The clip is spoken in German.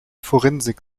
forensik